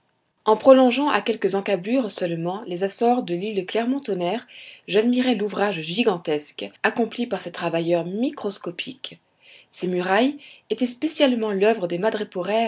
en prolongeant à quelques encablures seulement les accores de l'île clermont-tonnerre j'admirai l'ouvrage gigantesque accompli par ces travailleurs microscopiques ces murailles étaient spécialement l'oeuvre des